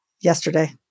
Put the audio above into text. Yesterday